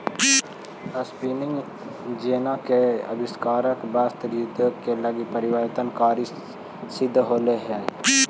spinning jenny के आविष्कार वस्त्र उद्योग के लिए परिवर्तनकारी सिद्ध होले हई